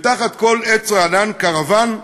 ותחת כל עץ רענן קרוון,